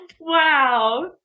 Wow